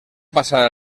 passar